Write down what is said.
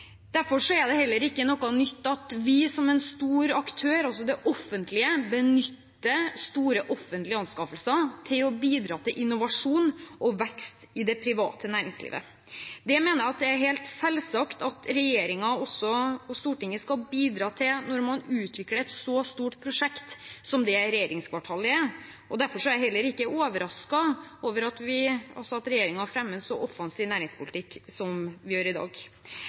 er det heller ikke noe nytt at vi som en stor aktør, altså det offentlige, benytter store offentlige anskaffelser til å bidra til innovasjon og vekst i det private næringslivet. Det mener jeg er helt selvsagt at regjeringen og Stortinget skal bidra til når en utvikler et så stort prosjekt som regjeringskvartalet er. Derfor er jeg heller ikke overrasket over at regjeringen fremmer en så offensiv næringspolitikk som man gjør i dag.